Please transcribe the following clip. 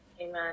amen